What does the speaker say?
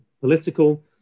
political